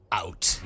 out